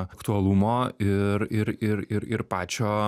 aktualumo ir ir ir ir ir pačio